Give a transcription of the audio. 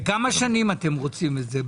לכמה שנים אתם רוצים את זה?